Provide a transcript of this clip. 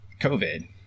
covid